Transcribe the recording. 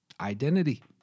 Identity